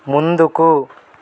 ముందుకు